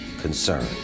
concern